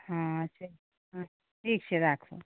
हॅं ठीक छै राखू